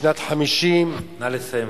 בשנת 1950, נא לסיים.